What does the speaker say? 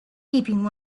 keeping